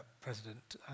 President